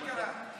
מה קרה?